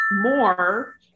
more